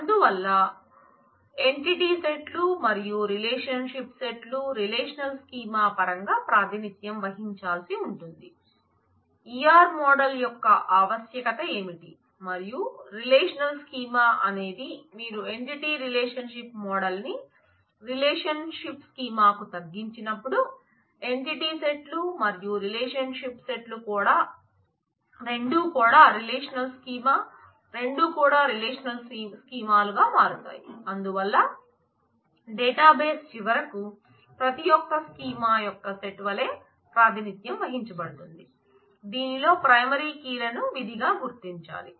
అందువల్ల entity set లును విధిగా గుర్తించాలి